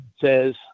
says